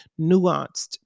nuanced